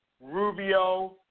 Rubio